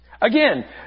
Again